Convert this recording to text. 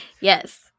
Yes